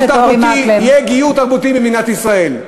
יהיה גיור תרבותי במדינת ישראל,